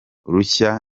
rushya